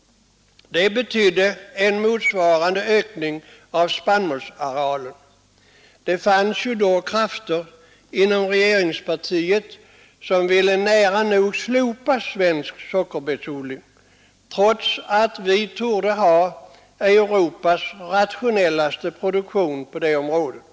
Det betyder en motsvarande ökning av spannmålsarealen. Det fanns ju då krafter inom regeringspartiet som ville nära nog slopa svensk sockerbetsodling, trots att vi torde ha Europas rationellaste produktion på det området.